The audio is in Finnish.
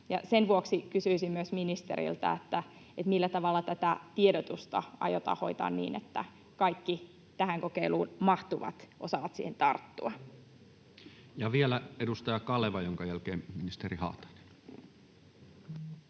Sen vuoksi kysyisin ministeriltä myös: millä tavalla tätä tiedotusta aiotaan hoitaa niin, että kaikki tähän kokeiluun mahtuvat osaavat siihen tarttua? [Speech 169] Speaker: Toinen